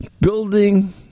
building